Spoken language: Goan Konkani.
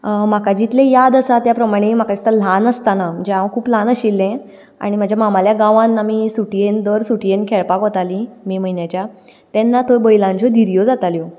म्हाका जितलें याद आसा त्या प्रमाणे म्हाका दिसता ल्हान आसताना म्हणजें हांव खूब ल्हान आशिल्लें आनी म्हज्या मामाल्या गांवांत आमी सुट्येंत दर सुट्येंत खेळपाक वतालीं मे म्हयन्याच्या तेन्ना थंय बैलांच्यो धिऱ्यो जाताल्यो